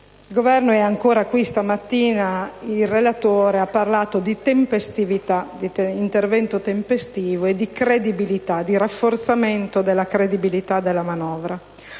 Il Governo e ancora qui questa mattina il relatore hanno parlato di tempestività, di intervento tempestivo e di rafforzamento della credibilità della manovra.